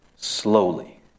Slowly